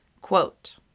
Quote